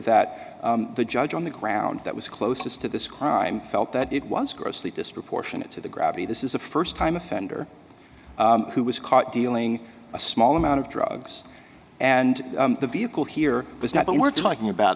that the judge on the ground that was closest to this crime felt that it was grossly disproportionate to the gravity this is a first time offender who was caught dealing a small amount of drugs and the vehicle here was not but we're talking about